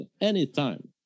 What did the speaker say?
anytime